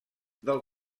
del